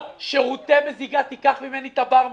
או שירותי מזיגה: "תיקח ממני את הברמנים,